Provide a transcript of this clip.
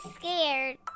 scared